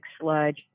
sludge